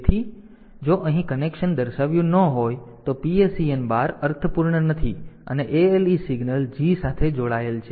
તેથી જો અહીં કનેક્શન દર્શાવ્યું ન હોય તો PSEN બાર અર્થપૂર્ણ નથી અને ALE સિગ્નલ G સાથે જોડાયેલ છે